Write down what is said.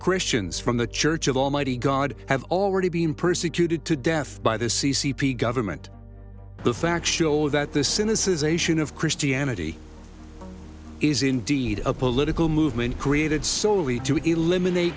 christians from the church of almighty god have already been persecuted to death by the c c p government the facts show that the cynicism a sion of christianity is indeed a political movement created solely to eliminate